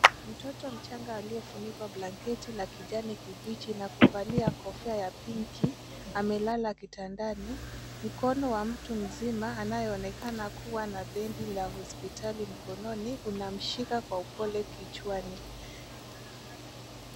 Mtoto mchanga aliyefunikwa blanketi la kijani kibichi na kuvalia kofia ya pinki amelala kitandani. Mkono wa mtu mzima anayeonekana kuwa na bendi la hospitali mkononi unamshika kwa upole kichwani.